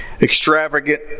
extravagant